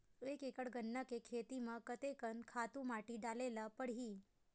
एक एकड़ गन्ना के खेती म कते कन खातु माटी डाले ल पड़ही?